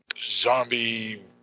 zombie